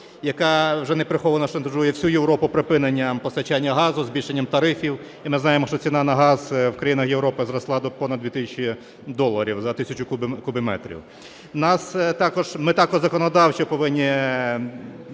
яка вже неприховано шантажує всю Європу припиненням постачання газу, збільшенням тарифів, і ми знаємо, що ціна на газ в країнах Європи зросла до понад 2 тисячі доларів за 1 тисячу кубометрів. Ми також законодавчо повинні